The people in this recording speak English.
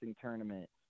tournament